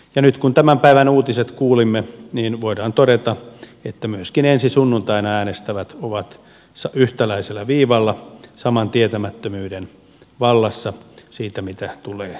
ja nyt kun tämän päivän uutiset kuulimme niin voidaan todeta että myöskin ensi sunnuntaina äänestävät ovat yhtäläisellä viivalla saman tietämättömyyden vallassa siitä mitä tulee tapahtumaan